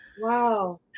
Wow